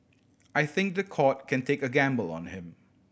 I think the court can take a gamble on him